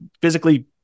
physically